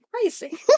crazy